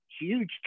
huge